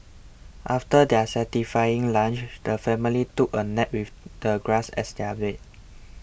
after their satisfying lunch the family took a nap with the grass as their bed